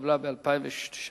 שנתקבלו כבר בשנת 1998,